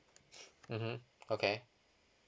mmhmm okay